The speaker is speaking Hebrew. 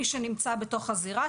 מי שנמצא בתוך הזירה,